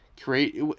create